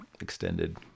extended